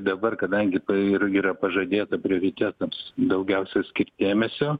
dabar kadangi tai ir yra pažadėta prioritetams daugiausia skirt dėmesio